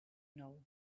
know